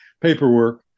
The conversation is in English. paperwork